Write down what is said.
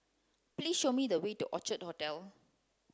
please show me the way to Orchard Hotel